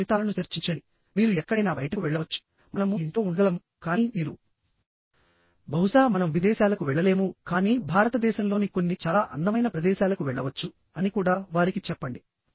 ఇప్పుడు ఫలితాలను చర్చించండి మీరు ఎక్కడైనా బయటకు వెళ్ళవచ్చు మనము ఇంట్లో ఉండగలము కానీ మీరు బహుశా మనం విదేశాలకు వెళ్లలేము కానీ భారతదేశంలోని కొన్ని చాలా అందమైన ప్రదేశాలకు వెళ్లవచ్చు అని కూడా వారికి చెప్పండి